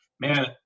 man